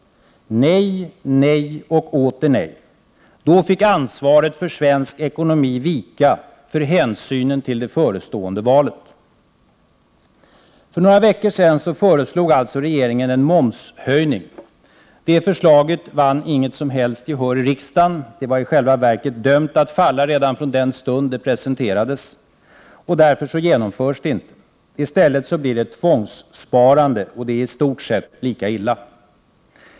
Nej, nej och åter nej. Då fick ansvaret för svensk ekonomi vika för hänsynen till det förestående valet. För några veckor sedan föreslog regeringen en momshöjning. Det förslaget vann inget som helst gehör i riksdagen — det var i själva verket dömt att falla redan i den stund det presenterades — och därför genomförs det inte. I stället blir det tvångssparande. Det är i stort sett lika illa.